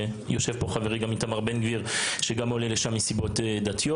ויושב כאן גם חברי איתמר בן גביר שעולה לשם מסיבות דתיות.